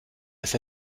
dass